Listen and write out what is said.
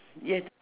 ye~